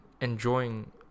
enjoying